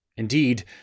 Indeed